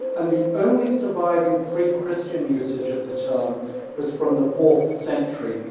and the only surviving pre-christian usage of the term was from the fourth century.